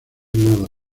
nada